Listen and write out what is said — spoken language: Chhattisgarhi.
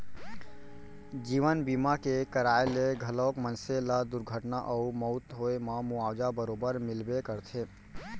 जीवन बीमा के कराय ले घलौक मनसे ल दुरघटना अउ मउत होए म मुवाजा बरोबर मिलबे करथे